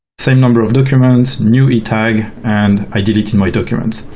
same number of documents, new etag, and i delete my documents.